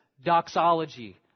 doxology